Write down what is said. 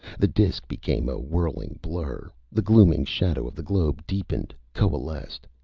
the disc became a whirling blur. the glooming shadow of the globe deepened, coalesced.